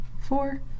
four